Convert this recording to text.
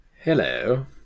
Hello